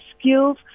skills